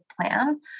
plan